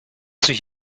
sich